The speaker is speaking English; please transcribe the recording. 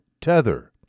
Tether